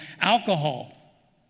Alcohol